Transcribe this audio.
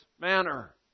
manner